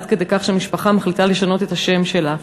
עד כדי כך שמשפחה מחליטה לשנות את השם שלה.